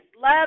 love